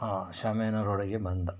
ಶಾಮಿಯಾನ ರೋಡಿಗೆ ಬಂದ